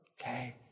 Okay